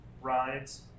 rides